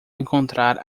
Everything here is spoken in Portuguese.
encontrar